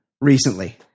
recently